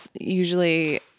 Usually